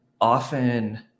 often